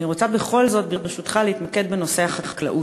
אני רוצה בכל זאת, ברשותך, להתמקד בנושא החקלאות.